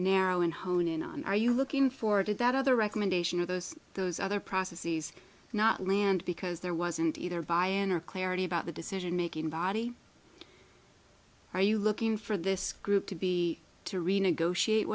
narrow and hone in on are you looking forward to that other recommendation of those those other processes not land because there wasn't either buy in or clarity about the decision making body are you looking for this group to be to renegotiate